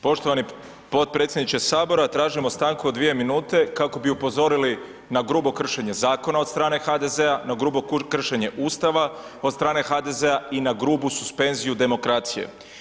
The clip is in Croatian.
Poštovani potpredsjedniče HS, tražimo stanku od 2 minute kako bi upozorili na grubo kršenje zakona od strane HDZ-a, na grubo kršenje ustava od strane HDZ-a i na grubu suspenziju demokracije.